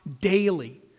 daily